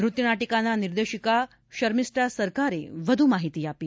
નૃત્ય નાટિકાના નિર્દેશિકા શર્મિષ્ઠા સરકારે વધુ માહિતી આપી